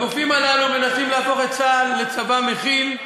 הגופים הללו מנסים להפוך את צה"ל לצבא מכיל,